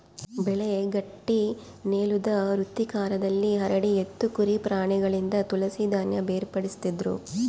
ಬೆಳೆ ಗಟ್ಟಿನೆಲುದ್ ವೃತ್ತಾಕಾರದಲ್ಲಿ ಹರಡಿ ಎತ್ತು ಕುರಿ ಪ್ರಾಣಿಗಳಿಂದ ತುಳಿಸಿ ಧಾನ್ಯ ಬೇರ್ಪಡಿಸ್ತಿದ್ರು